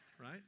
Right